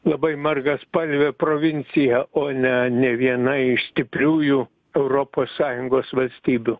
labai margaspalve provincija o ne ne viena iš stipriųjų europos sąjungos valstybių